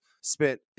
spent